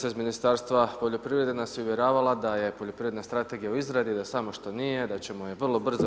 Ministarstva poljoprivrede nas je uvjeravala da je poljoprivredna strategija u izradi, da samo što nije da ćemo je vrlo brzo